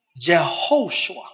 Jehoshua